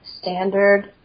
standard